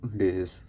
days